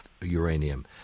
uranium